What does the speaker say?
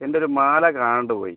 എൻ്റൊരു മാല കാണാണ്ട് പോയി